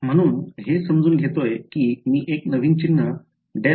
म्हणून हे समजून घेतोय की मी एक नवीन चिन्ह ∇ϕ